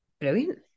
brilliant